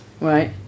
right